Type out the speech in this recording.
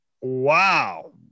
Wow